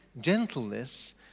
gentleness